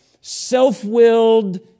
self-willed